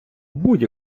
будь